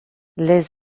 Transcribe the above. les